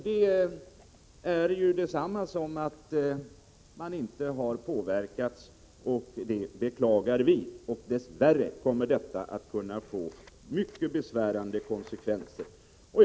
Detta är ju detsamma som att den inte har påverkats. Dess värre kommer detta att kunna få mycket besvärande konsekvenser. Detta beklagar vi.